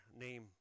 name